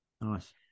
Nice